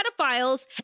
pedophiles